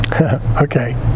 Okay